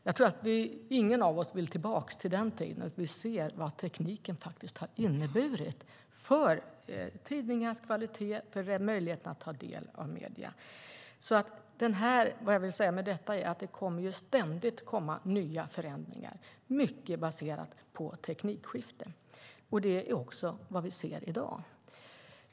Jag tror att ingen av oss vill tillbaka till den tiden, för vi ser vad tekniken faktiskt har inneburit för tidningars kvalitet och för möjligheten att ta del av medier. Vad jag vill säga med detta är att det ständigt kommer nya förändringar, mycket baserat på teknikskifte. Det är också vad vi ser i dag.